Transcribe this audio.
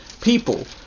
people